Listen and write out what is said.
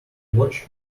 watch